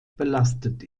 belastet